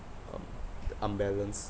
um unbalanced